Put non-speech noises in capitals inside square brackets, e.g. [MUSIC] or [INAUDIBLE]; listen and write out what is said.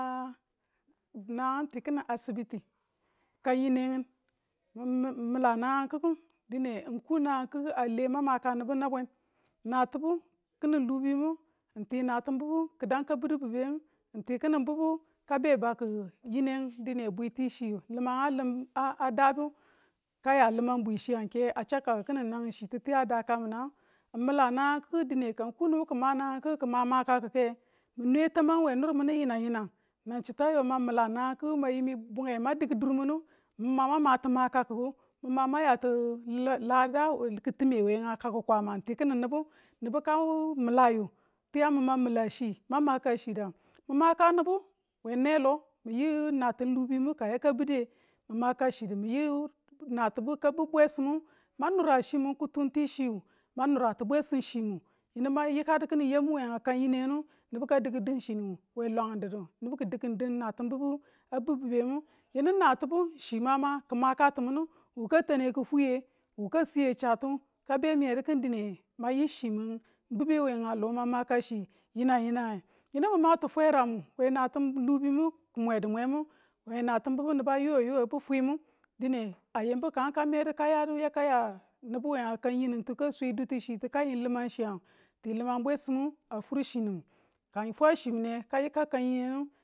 nangang n ti ki̱ni asibiti ka yineng min mala nang kikku dineng ku nangang kiku a le mang maka nibu nabwen nitibu kini lubimu n ti natibu ki badu ka biddu bibemu n ti bibu ka bedu kabe baku yineng dine bwiti chiyi limang lim a lim ka ya limang bwiti chiyu bwi chiyu ka chan kakku kini nangi chitu yinangu a daka minang ng mila nangang kikku dine ka ku nibu ki ma makakike mi nwe tamang we nir minu yinanyinang nang chite yo mang mila nagnang kiki yi mi bunge mang diku dur minu min mang mati kakaku ma man mang yati [UNINTELLIGIBLE] kitime we nga kakku kwamangu tikine nibu, nibu ka milayu tuiyangu n min ma mila chi mang maka chiyangu mi maka nibu we neelo min yiu natim lubimu ka yaka bidde min maka chidu mi yi natibu ka bu bwesimu mang nura chemin kutumti chiyu mang nura ti bwesim chi mu yine ma yikadu kini yamu we nga kan yineng nu nibu ka duku din chi nu we lwanga didu nibu ki dikin din natim bubu a bubube mu yinu natin bubu chi mama ki̱ maka ti minu, wu ka tane kifweye. wu ka siye chabtu ka bemiye kin dine ma yi chimin bi̱be we a lo ma maka chi yinang yinang, yinu mi ma tifweran we natum lubimu ki mwedumwemu, we natim bibu nibu a yuwe yuwe bufwimu dine a yimbu kang ka medu kayadu ka ya. nibu we a kan yinintu ka swe dutu chitu ka yin limang chiang it limang bwesimu a fur chi nu, ka ng fwa chi mine ka yika kan yenengu